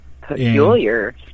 peculiar